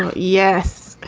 ah yes,